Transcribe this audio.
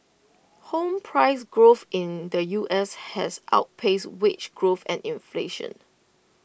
home price growth in the U S has outpaced wage growth and inflation